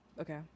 okay